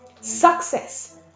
Success